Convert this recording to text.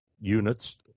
units